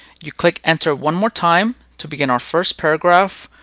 you click enter one more time. to begin our first paragraph,